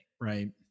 right